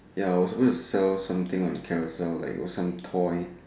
ya I was gonna sell something on Carousell like some toy